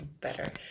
better